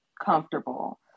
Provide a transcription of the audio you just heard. comfortable